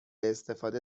استفاده